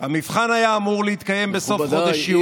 המבחן היה אמור להתקיים בסוף חודש יוני,